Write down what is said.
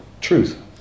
truth